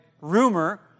rumor